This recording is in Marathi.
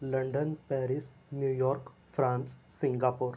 London Paris New York France Singapore